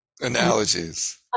analogies